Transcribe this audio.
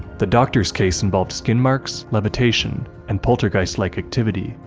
the doctor's case involved skin marks, levitation, and poltergeist-like activity,